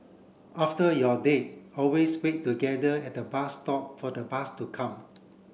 after your date always wait together at the bus stop for the bus to come